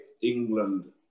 England